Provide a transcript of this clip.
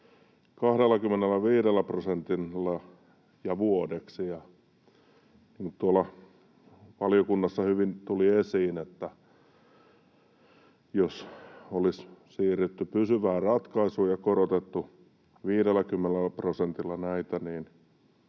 25 prosentilla ja vuodeksi. Niin kuin tuolla valiokunnassa hyvin tuli esiin, jos olisi siirrytty pysyvään ratkaisuun ja korotettu näitä 50 prosentilla, niin